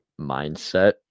mindset